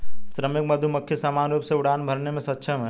श्रमिक मधुमक्खी सामान्य रूप से उड़ान भरने में सक्षम हैं